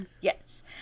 yes